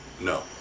No